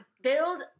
build